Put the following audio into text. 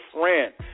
friend